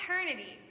eternity